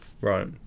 Right